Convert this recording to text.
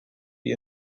wie